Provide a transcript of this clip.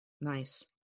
Nice